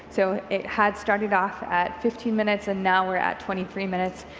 so it had started off at fifteen minutes and now we're at twenty three minutes,